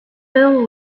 bill